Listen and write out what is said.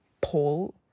Paul